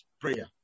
prayer